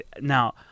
now